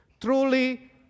truly